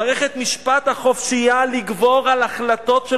מערכת משפט החופשייה לגבור על החלטות של